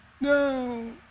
No